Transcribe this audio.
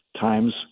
times